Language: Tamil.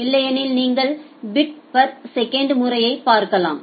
இல்லையெனில் நீங்கள் பிட் பர் செகண்ட் முறையை பார்க்கலாம்